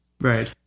Right